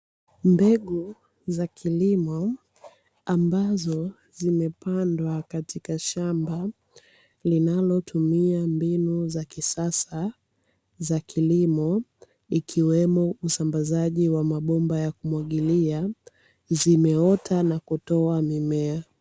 Mbegu za kilimo ambazo zimepandwa katika shamba linalotumia mbinu za kisasa za kilimo ikiwemo usambazaji wa mabomba ya kumwagilia zimeota na kutoa mimea.